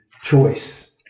choice